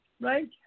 Right